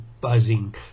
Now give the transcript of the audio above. buzzing